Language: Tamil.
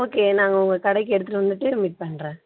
ஓகே நாங்கள் உங்கள் கடைக்கு எடுத்துகிட்டு வந்துவிட்டே மீட் பண்ணுறேன்